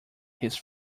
his